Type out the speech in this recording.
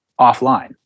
offline